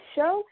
Show